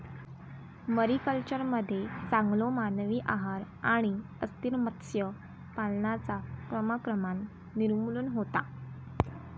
मरीकल्चरमध्ये चांगलो मानवी आहार आणि अस्थिर मत्स्य पालनाचा क्रमाक्रमान निर्मूलन होता